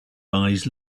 eyes